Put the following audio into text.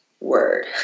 word